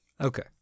Okay